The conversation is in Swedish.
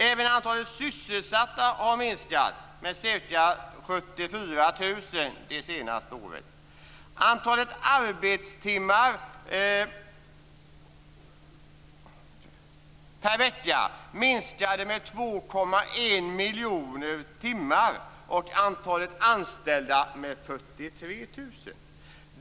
Även antalet sysselsatta har minskat med ca 74 000 det senaste året.